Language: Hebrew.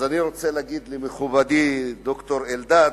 אז אני רוצה להגיד למכובדי ד"ר אלדד,